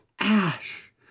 Ash